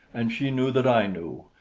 and she knew that i knew,